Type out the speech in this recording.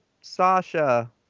Sasha